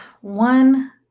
one